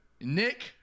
Nick